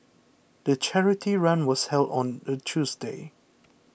the charity run was held on a Tuesday